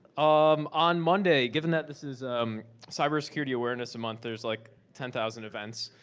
um on monday, given that this is um cyber security awareness month, there's like ten thousand events.